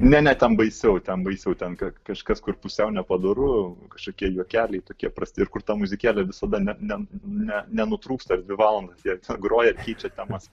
ne ne ten baisiau ten baisiau tenkažkas kur pusiau nepadoru kažkokie juokeliai tokie prasti ir kur ta muzikėlė visada ne ne ne nenutrūksta ir dvi valandas jie groja keičia temas